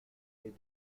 les